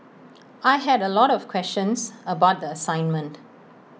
I had A lot of questions about the assignment